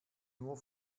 nur